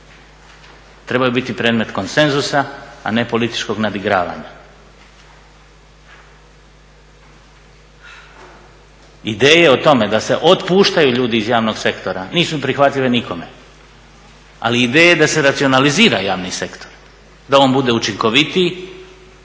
trebaju biti predmet konsenzusa, a ne političkog nadigravanja. Ideje o tome da se otpuštaju ljudi iz javnog sektora nisu prihvatljive nikome, ali ideje da se racionalizira javni sektor, da on bude učinkovitiji